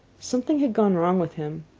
something had gone wrong with him.